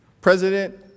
President